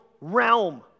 realm